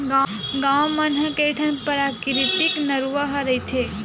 गाँव मन म कइठन पराकिरितिक नरूवा ह रहिथे